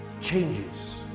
changes